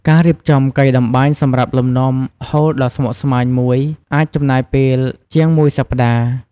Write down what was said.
ការរៀបចំកីតម្បាញសម្រាប់លំនាំហូលដ៏ស្មុគស្មាញមួយអាចចំណាយពេលជាងមួយសប្តាហ៍។